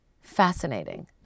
Fascinating